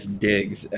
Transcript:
digs